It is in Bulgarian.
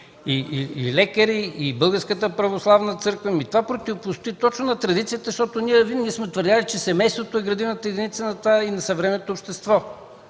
и лекари, и Българската православна църква. Това противостои точно на традицията, защото винаги сме твърдели, че семейството е градивната единица на съвременното общество.